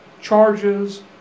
charges